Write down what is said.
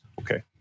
okay